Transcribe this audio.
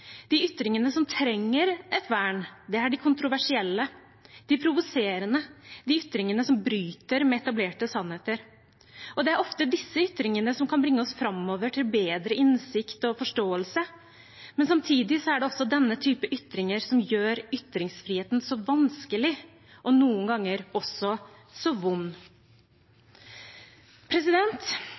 De ytringene som trenger et vern, er de kontroversielle, de provoserende – de ytringene som bryter med etablerte sannheter. Det er ofte disse ytringene som kan bringe oss framover til bedre innsikt og forståelse, men samtidig er det også denne type ytringer som gjør ytringsfriheten så vanskelig og noen ganger også så vond.